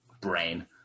brain